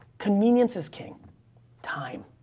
convenience is king time